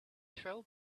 throw